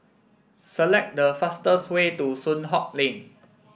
select the fastest way to Soon Hock Lane